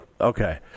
Okay